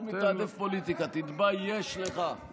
הוא מתעדף פוליטיקה על חיים אדם.